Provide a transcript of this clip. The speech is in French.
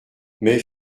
mais